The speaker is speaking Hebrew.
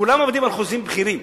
כולם עובדים בחוזי בכירים.